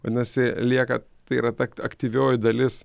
vadinasi lieka tai yra ta aktyvioji dalis